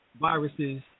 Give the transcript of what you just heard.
viruses